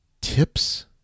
tips